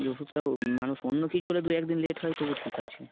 যে ওষুধটাও মানুষ অন্য কিছু হলে দু এক দিন লেট হয় তবু ঠিক আছে